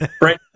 Right